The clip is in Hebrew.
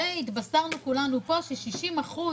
והתבשרנו כולנו פה ש-60%